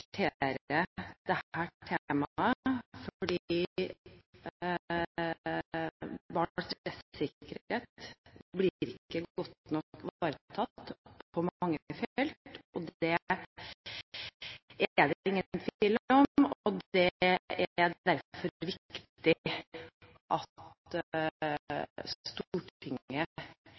temaet, for på mange felt blir ikke barns rettssikkerhet godt nok ivaretatt. Det er det ingen tvil om, og det er derfor viktig at Stortinget